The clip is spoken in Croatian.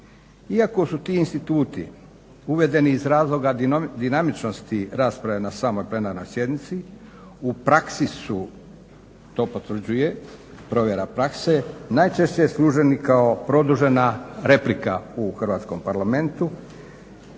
Iako su ti instituti uvedeni iz razloga dinamičnosti rasprave na samoj plenarnoj sjednici u praksi su, to potvrđuje provjera prakse, najčešće služeni kao produžena replika u Hrvatskom parlamentu,